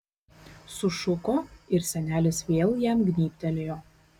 sušuko ir senelis vėl jam gnybtelėjo